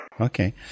Okay